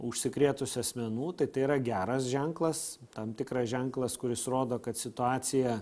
užsikrėtusių asmenų tai tai yra geras ženklas tam tikras ženklas kuris rodo kad situacija